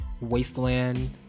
Wasteland